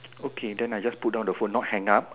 okay then I just put down the phone not hang up